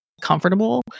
comfortable